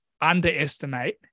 underestimate